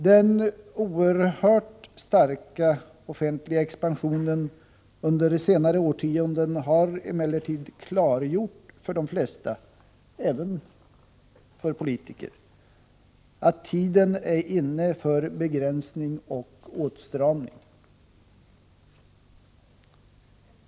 Den oerhört starka offentliga expansionen under senare årtionden har emellertid klargjort för de flesta, även för politikerna, att tiden är inne för begränsning och åtstramning.